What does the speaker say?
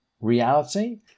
reality